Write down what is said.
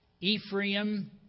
Ephraim